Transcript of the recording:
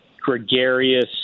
gregarious